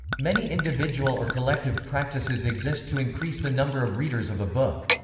many individual or collective practices exist to increase the number of readers of a book.